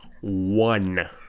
one